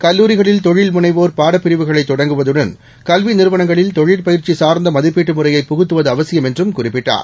கல்லூரிகளில் தொழில் முனைவோர் பாடப்பிரிவுகளைத் தொடங்குவதுடன் கல்வி நிறுவனங்களில் தொழில் பயிற்சி சார்ந்த மீதிப்பீட்டு முறையை புகுத்துவது அவசியம் என்றும் குறிப்பிட்டார்